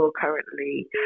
currently